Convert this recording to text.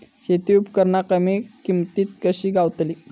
शेती उपकरणा कमी किमतीत कशी गावतली?